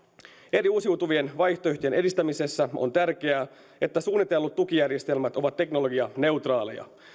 eri uusiutuvien vaihtoehtojen edistämisessä on tärkeää että suunnitellut tukijärjestelmät ovat teknologianeutraaleja